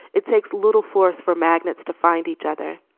it takes little force for magnets to find each other.